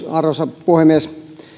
arvoisa puhemies